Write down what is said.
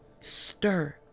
stir